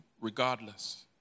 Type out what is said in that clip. regardless